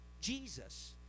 Jesus